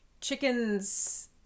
chickens